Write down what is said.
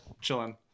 chilling